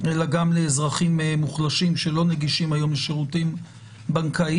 אלא גם לאזרחים מוחלשים שלא נגישים היום לשירותים בנקאיים.